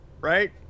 right